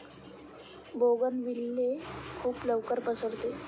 bougainvillea खूप लवकर पसरते